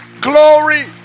glory